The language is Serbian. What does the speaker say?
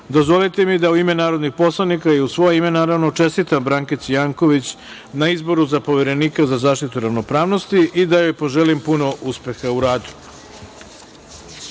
mi da u ime narodnih poslanika i u svoje ime čestitam Brankici Janković na izboru za Poverenika za zaštitu ravnopravnosti i da joj poželim puno uspeha u radu. Pošto